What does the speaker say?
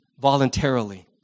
voluntarily